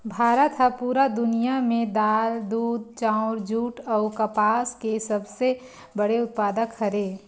भारत हा पूरा दुनिया में दाल, दूध, चाउर, जुट अउ कपास के सबसे बड़े उत्पादक हरे